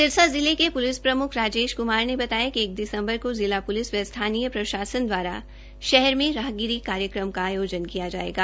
सिरसा जिले के पुलिस प्रमुख राजेश क्मार ने बताया कि एक दिसम्बर को जिला प्लिस व स्थानीय प्रशासन द्वारा शहर में राहगिरी कार्यक्रम का आयोजन किया जायेगा